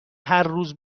هرروز